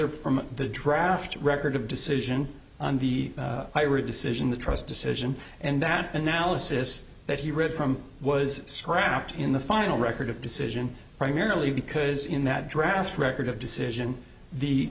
are from the draft record of decision on the decision the trust decision and that analysis that he read from was scrapped in the final record of decision primarily because in that draft record of decision the